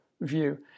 view